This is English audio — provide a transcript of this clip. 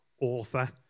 author